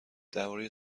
درباره